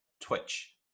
twitch